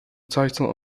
title